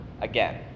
again